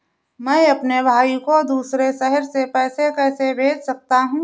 मैं अपने भाई को दूसरे शहर से पैसे कैसे भेज सकता हूँ?